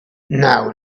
now